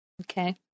Okay